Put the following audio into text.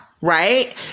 right